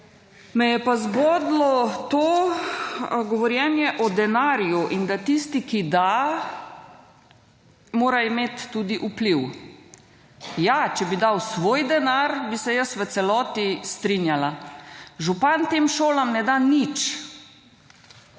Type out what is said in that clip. Me je pa zbodlo to govorjenje o denarju in da tisti, ki da mora imeti tudi vpliv, ja, če bi dal svoj denar bi se jaz v celoti strinjala. Župan tem šolam ne da nič.